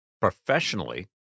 professionally